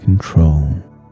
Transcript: control